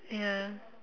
ya